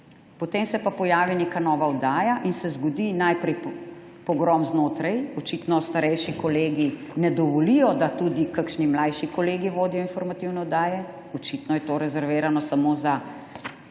Potem se pa pojavi neka nova oddaja in se zgodi najprej pogrom znotraj. Očitno starejši kolegi ne dovolijo, da tudi kakšni mlajši kolegi vodijo informativne oddaje. Očitno je to rezervirano samo za